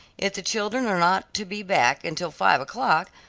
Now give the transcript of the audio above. if the children are not to be back until five o'clock,